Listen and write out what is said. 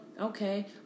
Okay